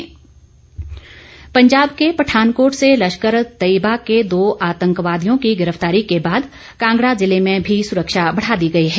सुरक्षा पंजाब के पठानकोट से लश्कर ए तैयबा के दो आतंकवादियों की गिरफ्तारी के बाद कांगड़ा जिले में भी सुरक्षा बढ़ा दी गई है